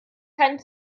keinen